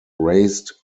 raised